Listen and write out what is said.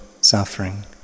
suffering